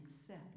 accept